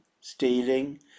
stealing